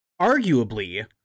arguably